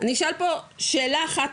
אני אשאל פה שאלה אחת,